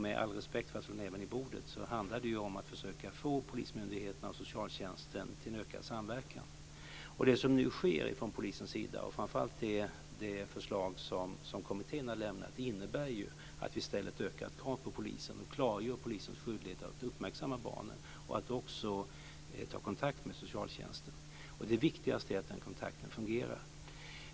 Med all respekt för att man ska slå näven i bordet handlar det om att försöka få polismyndigheterna och socialtjänsten till en ökad samverkan. Det förslag som kommittén har lämnat innebär ett ökat krav på polisen och klargör polisens skyldighet att uppmärksamma barnen och också ta kontakt med socialtjänsten. Det viktigaste är att den kontakten fungerar.